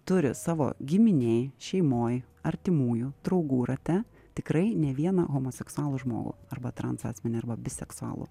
turi savo giminėj šeimoj artimųjų draugų rate tikrai ne vieną homoseksualų žmogų arba transasmenį arba biseksualų